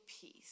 peace